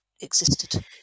existed